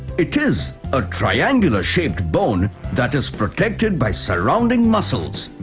it is a triangular-shaped bone that is protected by surrounding muscles.